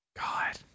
God